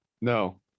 No